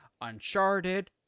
Uncharted